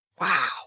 Wow